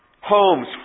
homes